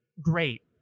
great